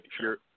Sure